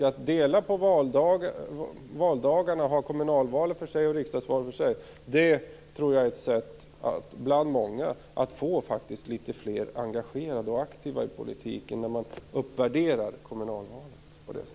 Att dela på valdagarna, att ha kommunalval för sig och riksdagsval för sig, är ett sätt bland många att få litet fler engagerade och aktiva i politiken. På det sättet uppvärderar man kommunalvalet.